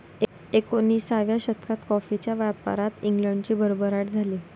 एकोणिसाव्या शतकात कॉफीच्या व्यापारात इंग्लंडची भरभराट झाली